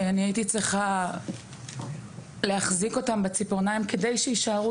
אני הייתי צריכה להחזיק אותם בציפורניים כדי שיישארו,